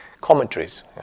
commentaries